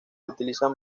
utilizan